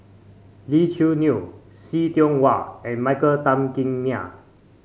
Lee Choo Neo See Tiong Wah and Michael Tan Kim Nei